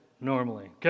normally